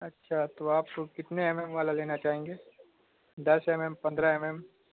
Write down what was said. اچھا تو آپ کتنے ایم ایم والا لینا چاہیں گے دس ایم ایم پندرہ ایم ایم